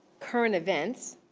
current events,